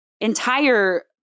entire